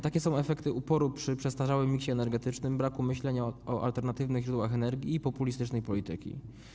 Takie są efekty uporu w trwaniu przy przestarzałym miksie energetycznym, braku myślenia o alternatywnych źródłach energii i populistycznej polityki.